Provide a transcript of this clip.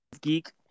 geek